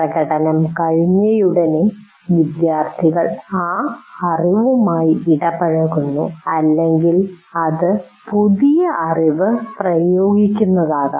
പ്രകടനം കഴിഞ്ഞയുടനെ വിദ്യാർത്ഥികൾ ആ അറിവുമായി ഇടപഴകുന്നു അല്ലെങ്കിൽ അത് പുതിയ അറിവ് പ്രയോഗിക്കുന്നത് ആകാം